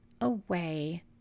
away